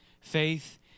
Faith